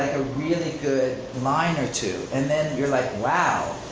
a really good line or two. and then you're like wow,